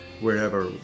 wherever